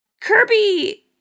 Kirby